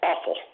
awful